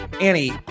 Annie